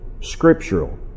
scriptural